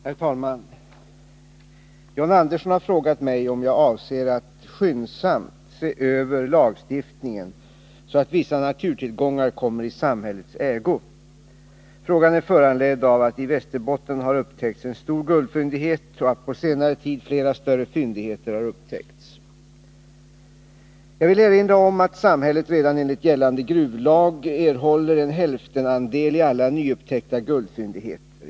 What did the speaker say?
Herr talman! John Andersson har frågat mig om jag avser att skyndsamt se över lagstiftningen så att vissa naturtillgångar kommer i samhällets ägo. Frågan är föranledd av att det i Västerbotten har upptäckts en stor guldfyndighet och att på senare tid flera större fyndigheter har upptäckts. Jag vill erinra om att samhället redan enligt gällande gruvlag erhåller en hälftenandel i alla nyupptäckta guldfyndigheter.